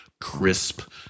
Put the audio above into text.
crisp